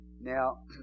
Now